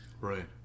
Right